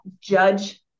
judge